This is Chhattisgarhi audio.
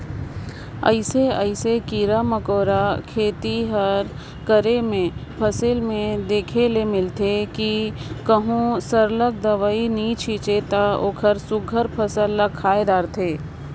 अइसे अइसे कीरा मकोरा खेती कर करे में फसिल में देखे ले मिलथे कि कहों सरलग दवई नी छींचे ता ओहर सुग्घर फसिल ल खाए धारथे